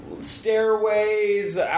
stairways